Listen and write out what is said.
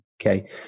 Okay